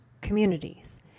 communities